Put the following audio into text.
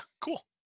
cool